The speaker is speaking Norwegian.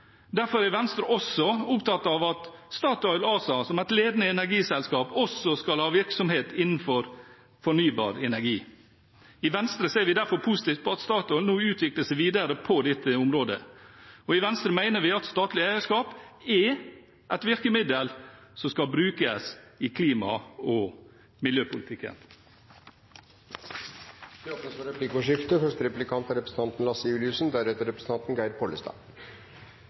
Derfor er Venstre opptatt av at Statoil ASA som et ledende energiselskap også skal ha virksomhet innenfor fornybar energi. I Venstre ser vi derfor positivt på at Statoil nå utvikler seg videre på dette området. I Venstre mener vi at statlig eierskap er et virkemiddel som skal brukes i klima- og miljøpolitikken. Det blir replikkordskifte. Som representanten Farstad var inne på, er